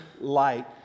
light